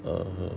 err uh